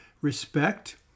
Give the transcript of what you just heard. respect